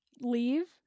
leave